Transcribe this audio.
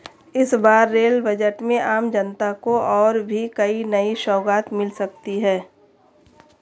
इस बार rail budget में आम जनता को और भी कई नई सौगात मिल सकती हैं